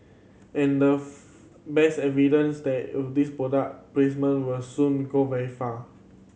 and the best evidence that of this product placement will soon go very far